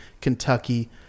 Kentucky—